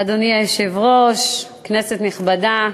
אדוני היושב-ראש, כנסת נכבדה,